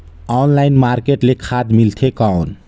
Online market ले खाद मिलथे कौन?